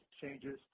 changes